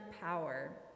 power